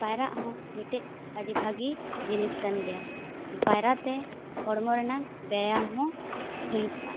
ᱯᱟᱭᱨᱟᱜ ᱦᱚᱸ ᱢᱤᱫᱴᱮᱡ ᱟᱹᱰᱤ ᱵᱷᱟᱹᱜᱤ ᱡᱤᱱᱤᱥ ᱠᱟᱱᱜᱮᱭᱟ ᱯᱟᱭᱨᱟᱛᱮ ᱦᱚᱲᱢᱚ ᱨᱮᱱᱟᱝ ᱵᱮᱭᱟᱢ ᱦᱚᱸ ᱦᱩᱭᱩᱜᱼᱟ